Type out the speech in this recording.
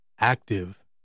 active